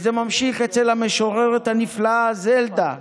זה ממשיך אצל המשוררת הנפלאה זלדה,